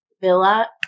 Villa